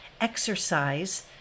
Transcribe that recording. exercise